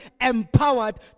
empowered